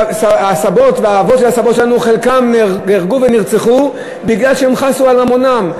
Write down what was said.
הסבים והאבות של הסבים שלנו חלקם נהרגו ונרצחו מפני שהם חסו על ממונם,